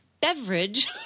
beverage